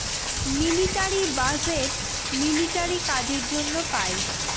military budget military কাজের জন্য পাই